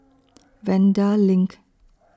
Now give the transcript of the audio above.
Vanda LINK